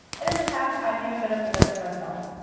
and in the past i've even been a presenter myself.